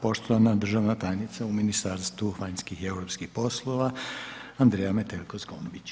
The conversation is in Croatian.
Poštovana državna tajnica u Ministarstvu vanjskih i europskih poslova Andreja Metelko Zgombić.